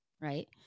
right